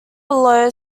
below